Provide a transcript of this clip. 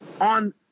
on